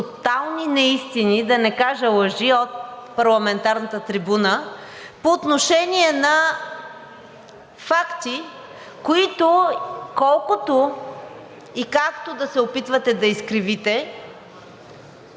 тотални неистини, да не кажа лъжи, от парламентарната трибуна по отношение на факти, които, колкото и както да се опитвате да изкривите,